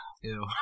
Ew